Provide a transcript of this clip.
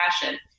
passion